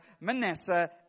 Manasseh